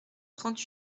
trente